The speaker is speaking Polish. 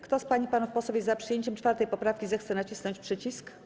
Kto z pań i panów posłów jest za przyjęciem 4. poprawki, zechce nacisnąć przycisk.